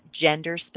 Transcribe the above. gender